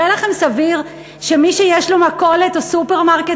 נראה לכם סביר שמי שיש לו מכולת או סופרמרקט